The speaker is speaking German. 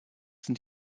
sind